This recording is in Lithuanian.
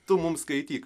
tu mums skaityk